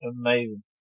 Amazing